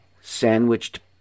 sandwiched